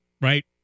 right